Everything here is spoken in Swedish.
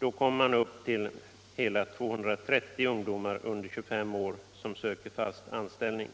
kommer man upp till hela 230 ungdomar under 25 år som söker fast anställning.